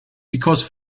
because